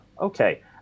Okay